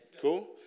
Cool